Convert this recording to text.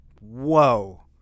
whoa